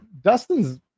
dustin's